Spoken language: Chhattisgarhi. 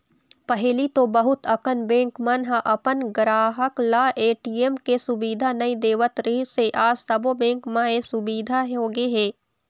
पहिली तो बहुत अकन बेंक मन ह अपन गराहक ल ए.टी.एम के सुबिधा नइ देवत रिहिस हे आज सबो बेंक म ए सुबिधा होगे हे